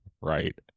right